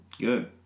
Good